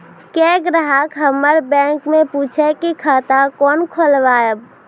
कोय ग्राहक हमर बैक मैं पुछे की खाता कोना खोलायब?